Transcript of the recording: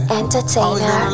entertainer